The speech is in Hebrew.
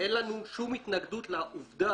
אין לנו שום התנגדות לעובדה